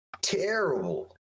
terrible